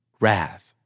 wrath